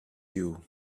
you